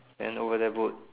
then over there boot